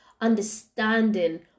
understanding